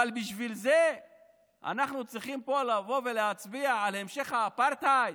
אבל בשביל זה אנחנו צריכים פה לבוא ולהצביע על המשך האפרטהייד,